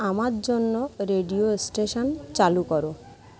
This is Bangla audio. আমার জন্য রেডিও স্টেশন চালু করো